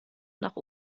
nach